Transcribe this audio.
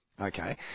Okay